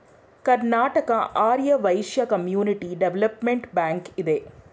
Karnataka Arya Vaishya community development bank ಇದೆ